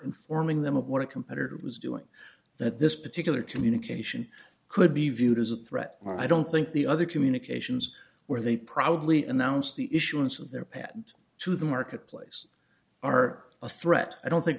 informing them of what a competitor was doing that this particular communication could be viewed as a threat or i don't think the other communications where they proudly announced the issuance of their patent to the marketplace are a threat i don't think